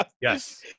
yes